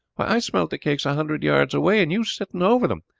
i smelt the cakes a hundred yards away, and you sitting over them,